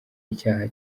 icyaha